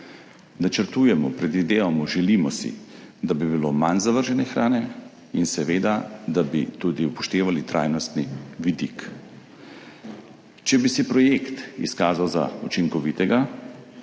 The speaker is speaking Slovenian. Načrtujemo, predvidevamo, želimo si, da bi bilo manj zavržene hrane in da bi seveda upoštevali tudi trajnostni vidik. Če bi se projekt izkazal za učinkovitega